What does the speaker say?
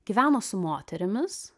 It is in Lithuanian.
gyveno su moterimis